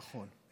נכון.